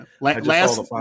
Last